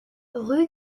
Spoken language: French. rue